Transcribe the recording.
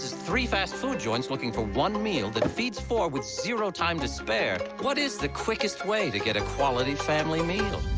three fast food joints looking for one meal. that feeds four with zero time to spare. what is the quickest way to get a quality family meal?